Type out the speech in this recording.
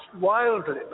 wildly